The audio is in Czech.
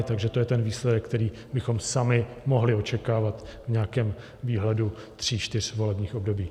Takže to je ten výsledek, který bychom sami mohli očekávat v nějakém výhledu tří čtyř volebních období.